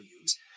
use